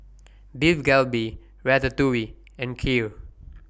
Beef Galbi Ratatouille and Kheer